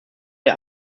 der